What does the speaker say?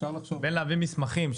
בין להעביר מסמכים,